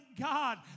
God